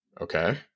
Okay